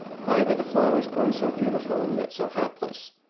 why were the flowers born so beautiful and yet so hapless?